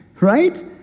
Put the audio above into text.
right